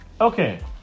Okay